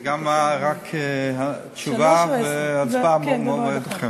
גם זה תשובה והצבעה במועד אחר.